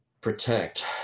protect